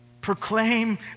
proclaim